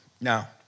Now